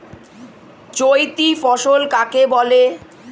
চৈতি ফসল কাকে বলে?